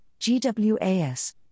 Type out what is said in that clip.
GWAS